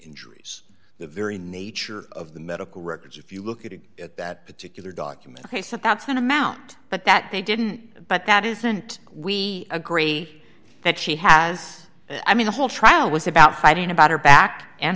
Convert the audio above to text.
injuries the very nature of the medical records if you look at it at that particular document they said that's an amount but that they didn't but that isn't we agree that she has i mean the whole trial was about hiding about her back and